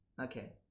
okay